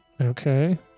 Okay